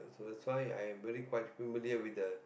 that's why I'm very quite familiar with the